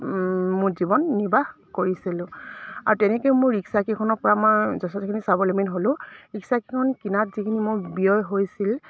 মোৰ জীৱন নিৰ্বাহ কৰিছিলোঁ আৰু তেনেকৈ মোৰ ৰিক্সাকেইখনৰ পৰা মই যথেষ্টখিনি স্ৱাৱলম্বী হ'লোঁ ৰিক্সাকেইখন কিনাত যিখিনি মোৰ ব্যয় হৈছিল